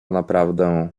naprawdę